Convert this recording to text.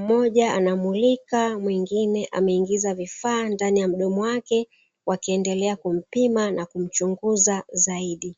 mmoja anamulika tochi huku mwengine ameingiza vifaa ndani ya mdomo wake wakiendelea kumpima na kumchunguza zaidi.